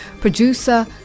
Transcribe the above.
producer